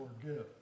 forgive